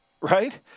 Right